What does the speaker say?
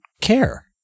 care